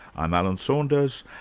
i'm alan saunders,